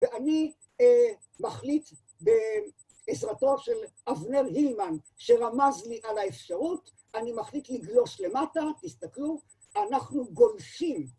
ואני מחליט בעזרתו של אבנר הילמן שרמז לי על האפשרות, אני מחליט לגלוש למטה, תסתכלו, אנחנו גולשים.